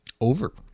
over